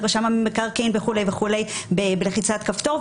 רשם המקרקעין וכולי ולעשות זאת בלחיצת כפתור.